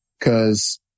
Cause